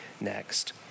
next